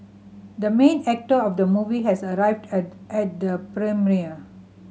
the main actor of the movie has arrived at at the premiere